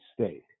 state